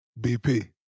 BP